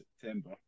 September